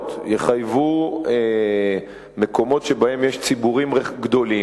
התקנות יחייבו מקומות שיש בהם ציבור גדול,